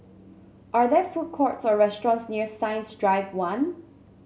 are there food courts or restaurants near Science Drive One